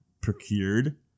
procured